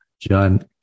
John